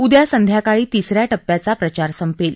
उद्या संध्याकाळी तिसऱ्या टप्प्याचा प्रचार संपेल